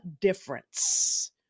difference